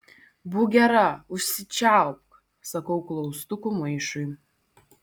būk gera užsičiaupk sakau klaustukų maišui